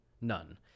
none